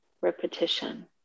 repetition